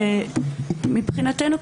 מבחינתנו,